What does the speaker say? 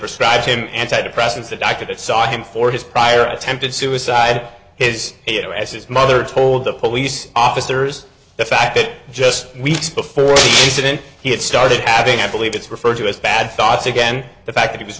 prescribed him antidepressants the doctor that saw him for his prior attempted suicide his as his mother told the police officers the fact that just weeks before didn't he had started acting i believe it's referred to as bad thoughts again the fact that he was